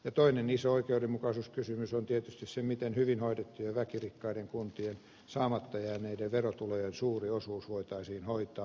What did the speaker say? ja toinen iso oikeudenmukaisuus kysymys on tietysti se miten hyvin hoidettujen ja väkirikkaiden kuntien saamatta jääneiden verotulojen suuri osuus voitaisiin hoitaa